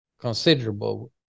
considerable